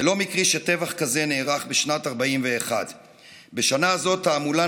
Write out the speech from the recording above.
זה לא מקרי שטבח כזה נערך בשנת 1941. בשנה זו תעמולה